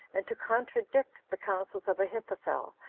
and to contradict the counsels of ahithophel,